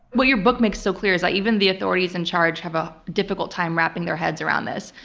what your book makes so clear is that even the authorities in charge have a difficult time wrapping their heads around this,